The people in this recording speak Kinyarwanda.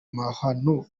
amahano